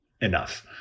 enough